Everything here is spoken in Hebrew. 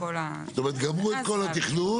זאת אומרת, גמרו את כל התכנון.